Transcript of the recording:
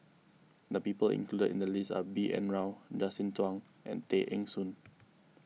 the people included in the list are B N Rao Justin Zhuang and Tay Eng Soon